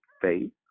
faith